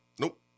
Nope